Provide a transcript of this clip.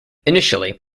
initially